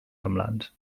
semblants